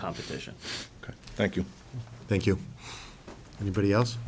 competition thank you thank you everybody else